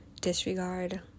disregard